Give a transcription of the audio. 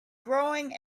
growing